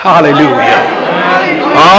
Hallelujah